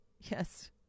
Yes